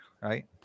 right